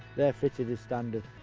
they're fitted as standard.